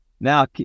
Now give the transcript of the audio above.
Now